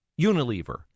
Unilever